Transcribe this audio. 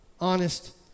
honest